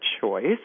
choice